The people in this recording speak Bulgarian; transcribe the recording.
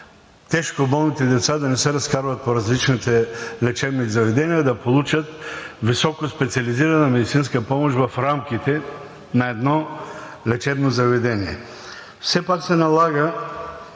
тежко болните деца да не се разкарват по различните лечебни заведения, а да получат високоспециализирана медицинска помощ в рамките на едно лечебно заведение. Все пак се налага